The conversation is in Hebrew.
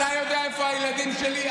אתה יודע איפה הילדים שלי.